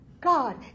god